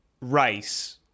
rice